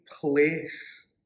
place